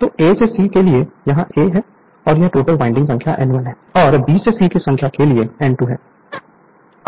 तो A से C के लिए यह A है और यह टोटल वाइंडिंग संख्या N1 है और B से C की संख्या के लिए N2 है